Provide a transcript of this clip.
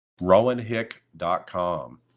rowanhick.com